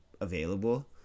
available